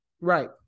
right